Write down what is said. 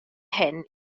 hyn